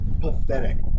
pathetic